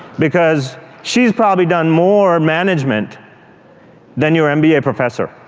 because she's probably done more management than your mba professor.